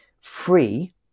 free